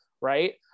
Right